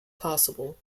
possible